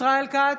ישראל כץ,